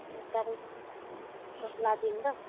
ᱱᱮᱛᱟᱨ ᱵᱟᱯᱞᱟ ᱫᱤᱱ ᱫᱚ